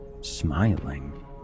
smiling